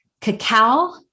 cacao